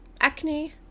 acne